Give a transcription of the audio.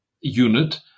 unit